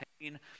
pain